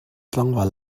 tlangval